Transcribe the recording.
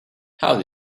how